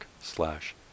slash